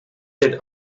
did